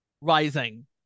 rising